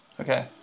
okay